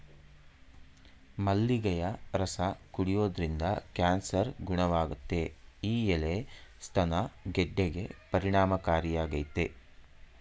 ಮಲ್ಲಿಗೆಯ ರಸ ಕುಡಿಯೋದ್ರಿಂದ ಕ್ಯಾನ್ಸರ್ ಗುಣವಾಗುತ್ತೆ ಈ ಎಲೆ ಸ್ತನ ಗೆಡ್ಡೆಗೆ ಪರಿಣಾಮಕಾರಿಯಾಗಯ್ತೆ